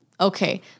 Okay